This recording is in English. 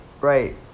right